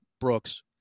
Brooks